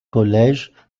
collège